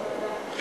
ועדה.